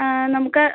നമുക്ക്